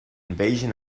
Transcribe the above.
invasion